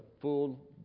full